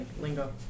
lingo